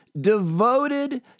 devoted